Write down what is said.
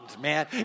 man